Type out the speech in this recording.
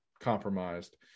compromised